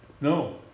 No